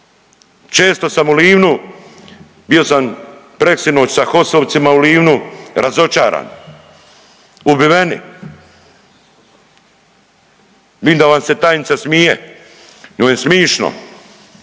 Često sam u Livnu, bio sam preksinoć sa HOS-ovcima u Livnu razočaran, ubiveni. Vidim da vam se tajnica smije njoj je smišno.